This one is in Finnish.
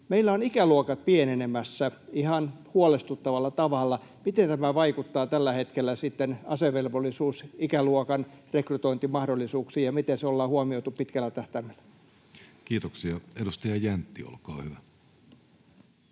Meillä ovat ikäluokat pienenemässä ihan huolestuttavalla tavalla. Miten tämä vaikuttaa tällä hetkellä asevelvollisuusikäluokan rekrytointimahdollisuuksiin, ja miten se ollaan huomioitu pitkällä tähtäimellä? Kiitoksia. — Edustaja Jäntti, olkaa hyvä.